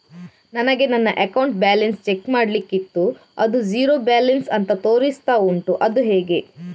ನನಗೆ ನನ್ನ account balance check ಮಾಡ್ಲಿಕ್ಕಿತ್ತು ಅದು ಝೀರೋ ಬ್ಯಾಲೆನ್ಸ್ ಅಂತ ತೋರಿಸ್ತಾ ಉಂಟು ಅದು ಹೇಗೆ?